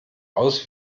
aus